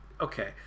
okay